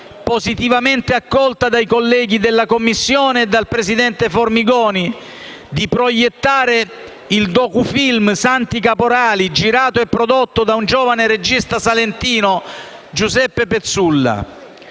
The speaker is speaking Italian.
positivamente accolta dai colleghi della Commissione e dal presidente Formigoni, di proiettare il docu-film «Santi Caporali», girato e prodotto da un giovane regista salentino, Giuseppe Pezzulla.